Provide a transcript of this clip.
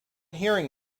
hearing